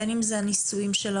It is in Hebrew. בין אם הם על נישואי ההורים,